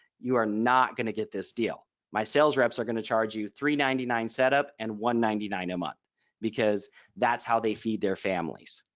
you are not going to get this deal. my sales reps are going to charge you three ninety-nine setup and one ninety-nine a month because that's how they feed their families.